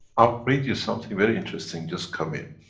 i'll read you something very interesting, just come in.